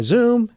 Zoom